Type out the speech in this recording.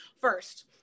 first